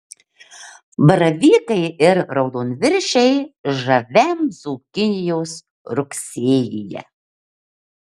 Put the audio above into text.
baravykai ir raudonviršiai žaviam dzūkijos rugsėjyje